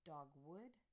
Dogwood